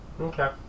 Okay